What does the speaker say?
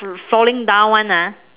falling down [one] ah